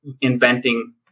inventing